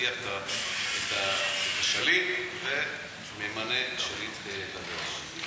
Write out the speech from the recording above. מדיח את השליט וממנה שליט חדש.